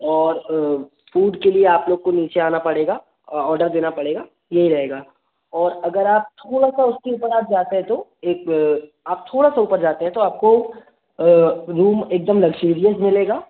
और फ़ूड के लिए आप लोग को नीचे आना पड़ेगा ऑर्डर देना पड़ेगा यह रहेगा और अगर आप थोड़ा सा उसके ऊपर आप जाते हैं तो एक आप थोड़ा सा ऊपर जाते हैं तो आपको रूम एक दम लक्ज़रियस मिलेगा